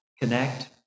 connect